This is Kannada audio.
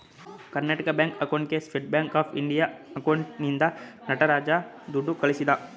ಕರ್ನಾಟಕ ಬ್ಯಾಂಕ್ ಅಕೌಂಟ್ಗೆ ಸ್ಟೇಟ್ ಬ್ಯಾಂಕ್ ಆಫ್ ಇಂಡಿಯಾ ಅಕೌಂಟ್ನಿಂದ ನಟರಾಜ ದುಡ್ಡು ಕಳಿಸಿದ